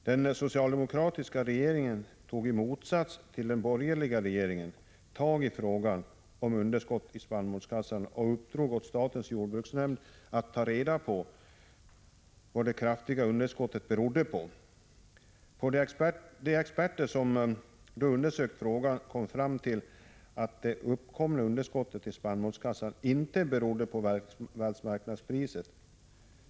Den socialdemokratiska regeringen tog, i motsats till den borgerliga regeringen, tag i frågan om underskottet i spannmålskassan och uppdrog åt statens jordbruksnämnd att ta reda på vad det kraftiga underskottet berodde på. De experter som undersökte frågan kom fram till att det uppkomna underskottet i spannmålskassan inte berodde på världsmarknadspriset.